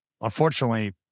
Unfortunately